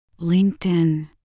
LinkedIn